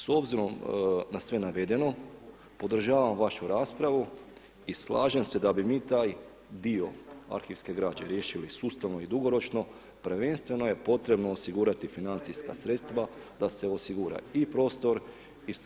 S obzirom na sve navedeno podržavam vašu raspravu i slažem se da bi mi taj dio arhivske građe riješili sustavno i dugoročno, prvenstveno je potrebno osigurati financijska sredstva da se osigura i prostor i stručne osobe.